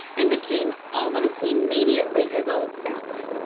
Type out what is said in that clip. and became almost immediately his old self.